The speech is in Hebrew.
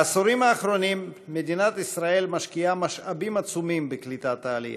בעשורים האחרונים מדינת ישראל משקיעה משאבים עצומים בקליטת העלייה.